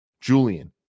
julian